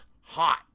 hot